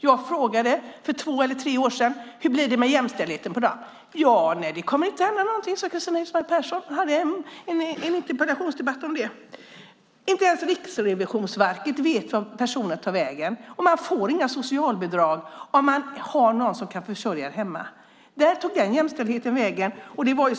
Jag frågade för två eller tre år sedan hur det blir med jämställdheten. Det kommer inte att hända något, sade Cristina Husmark Pehrsson. Vi hade en interpellationsdebatt om det. Inte ens Riksrevisionen vet vart personer tar vägen. Man får inga socialbidrag om man har någon hemma som kan försörja en. Så gick det med den jämställdheten.